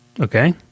Okay